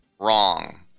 Wrong